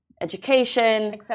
education